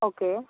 okay